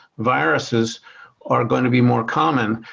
viruses are gonna be more common,